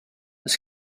oes